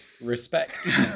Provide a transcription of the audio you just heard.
respect